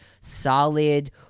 solid